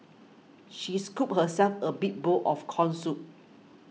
she scooped herself a big bowl of Corn Soup